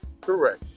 correct